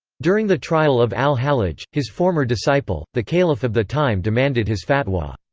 during the trial of al-hallaj, his former disciple, the caliph of the time demanded his fatwa.